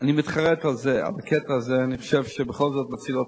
הן בכלל לא נכנסות לסל.